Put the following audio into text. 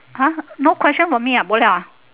!huh! no question for me ah bo liao ah